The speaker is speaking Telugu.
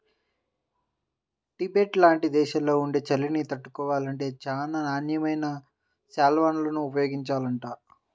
టిబెట్ లాంటి దేశాల్లో ఉండే చలిని తట్టుకోవాలంటే చానా నాణ్యమైన శాల్వాలను ఉపయోగించాలంట